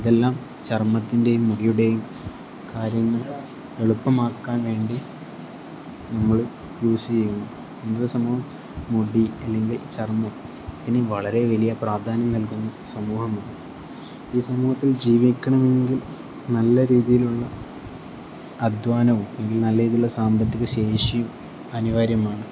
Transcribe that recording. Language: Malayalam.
ഇതെല്ലാം ചർമ്മത്തിൻ്റെയും മുടിയുടെയും കാര്യങ്ങൾ എളുപ്പമാക്കാൻ വേണ്ടി നമ്മൾ യൂസ് ചെയ്യുന്നു ഇന്നത്തെ സമൂഹം മുടി അല്ലെങ്കിൽ ചർമ്മം ഇതിന് വളരെ വലിയ പ്രാധാന്യം നൽകുന്ന സമൂഹമാണ് ഈ സമൂഹത്തിൽ ജീവിക്കണമങ്കിൽ നല്ല രീതിയിലുള്ള അധ്വാനവും അല്ലെങ്കിൽ നല്ല രീതിയിലുള്ള സാമ്പത്തിക ശേഷിയും അനിവാര്യമാണ്